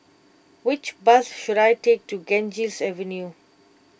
which bus should I take to Ganges Avenue